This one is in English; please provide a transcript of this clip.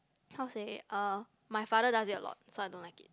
how to say uh my father does it a lot so I don't like it